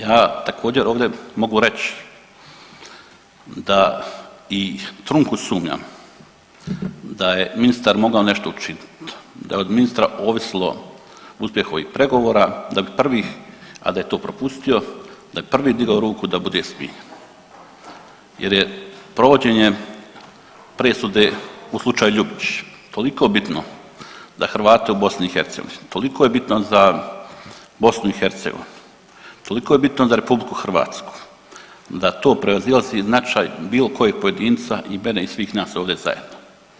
Ja također, ovdje mogu reći da i trunku sumnjam da je ministar mogao nešto učiniti, da od ministra ovislo uspjeh ovih pregovora, da bi prvih, a da je to propustio, da je prvi digao ruku da bude svih jer je provođenje presude u slučaju Ljubičić toliko bitno za Hrvate u BiH, toliko je bitan za BiH, toliko je bitno za RH da to prevazilazi značaj bilo kojeg pojedinca i mene i svih nas ovde zajedno.